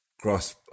cross